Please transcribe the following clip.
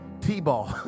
T-ball